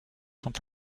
sont